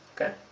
okay